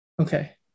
Okay